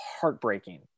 heartbreaking